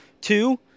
Two